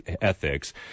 ethics